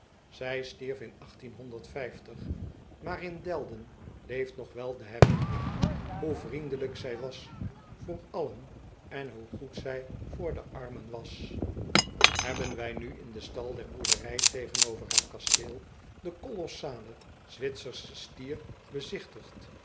ij stierf in maar in elden leeft nog wel de herinnering hoe vriendelijk zij was voor allen en hoe goed zij voor de armen was ebben wij nu in den stal der boerderij tegenover het kasteel den